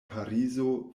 parizo